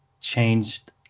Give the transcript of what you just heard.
changed